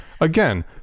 Again